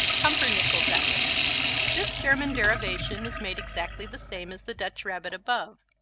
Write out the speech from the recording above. pumpernickel rabbit this german deviation is made exactly the same as the dutch rabbit above,